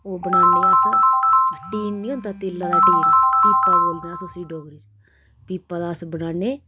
ओह् बनाने असें टीन नी होंदी तेले दा टीन पीपा बोलदे अस उसी डोगरी च पीपा दा अस बनाने